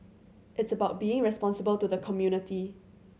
it's about being responsible to the community